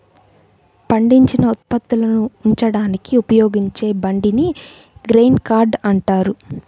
పండించిన ఉత్పత్తులను ఉంచడానికి ఉపయోగించే బండిని గ్రెయిన్ కార్ట్ అంటారు